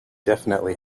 definitely